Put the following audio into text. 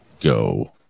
go